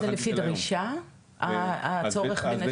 זה לפי דרישה הצורך בנשים?